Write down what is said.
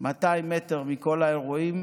200 מטר מכל האירועים